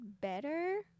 better